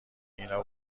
اینا